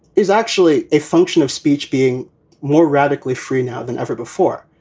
is actually a function of speech being more radically free now than ever before.